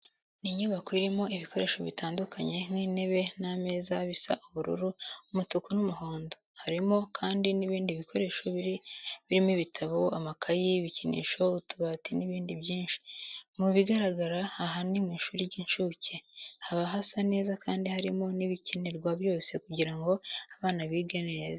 Ni inyubako irimo ibikoresho bitandukanye nk'intebe n'ameza bisa ubururu, umutuku n'umuhondo. Harimo kandi n'ibindi bikoresho birimo ibitabo, amakayi, ibikinisho, utubati n'ibindi byinshi. Mu bigaragara aha ni mu ishuri ry'incuke, haba hasa neza kandi harimo n'ibikenerwa byose kugira ngo abana bige neza.